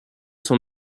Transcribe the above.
sont